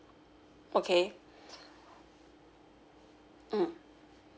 okay mm